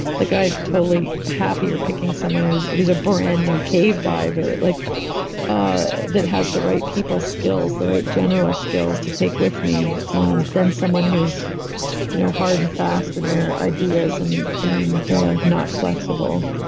like i'm totally happier picking someone who's who's a brand new cave diver like ah that has the right people skills, the right general skills to take with me than someone who's you know hard and fast in their ideas ideas and and not flexible.